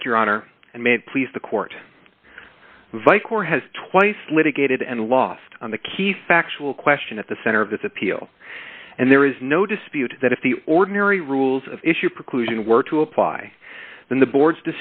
thank your honor and made it please the court vi court has twice litigated and lost on the key factual question at the center of this appeal and there is no dispute that if the ordinary rules of issue preclusion were to apply then the board